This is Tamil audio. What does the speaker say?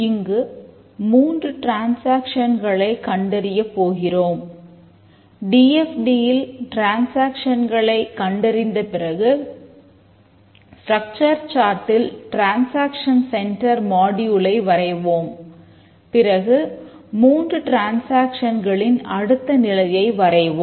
இங்கு மூன்று டிரேன்சேக்சன்களைக் அடுத்த நிலையை வரைவோம்